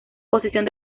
posición